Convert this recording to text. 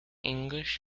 english